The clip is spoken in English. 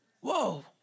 Whoa